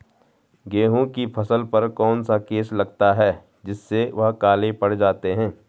गेहूँ की फसल पर कौन सा केस लगता है जिससे वह काले पड़ जाते हैं?